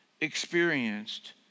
experienced